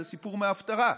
זה סיפור מההפטרה.